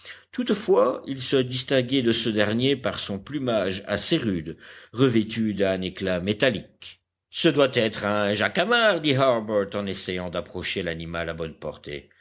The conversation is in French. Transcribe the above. toutefois il se distinguait de ce dernier par son plumage assez rude revêtu d'un éclat métallique ce doit être un jacamar dit harbert en essayant d'approcher l'animal à bonne portée